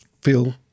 feel